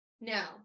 No